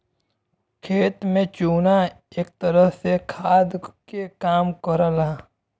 खेत में चुना एक तरह से खाद के काम करला